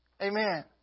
Amen